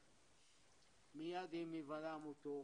מיד עם היוודע מותו,